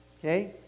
okay